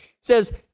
Says